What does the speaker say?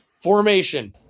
Formation